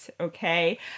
Okay